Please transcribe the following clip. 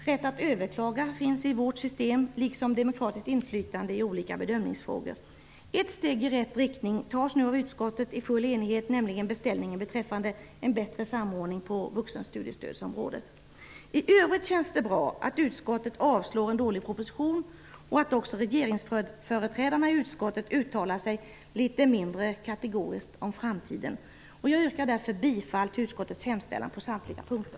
Rätt att överklaga finns i vårt system, liksom demokratiskt inflytande i olika bedömningsfrågor. Ett steg i rätt riktning tas nu av utskottet i full enighet, nämligen beställningen beträffande bättre samordning på vuxenstudiestödsområdet. I övrigt känns det bra att utskottet avstyrker en dålig proposition och att också företrädarna för regeringspartierna i utskottet uttalar sig litet mindre kategoriskt om framtiden. Jag yrkar därför bifall till utskottets hemställan på samtliga punkter.